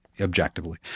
objectively